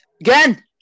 Again